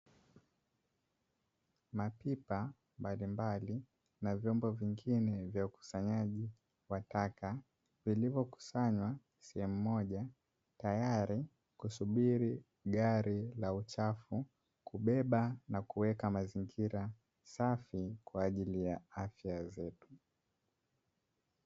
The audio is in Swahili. Mapipa mbalimbali na vyombo vingine vya ukusanyaji wa taka vilivyokusanywa sehemu moja, tayari kusubiri gari la uchafu kubeba na kuweka mazingira safi kwa ajili ya afya zetu.